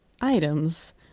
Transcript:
items